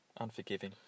unforgiving